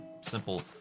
simple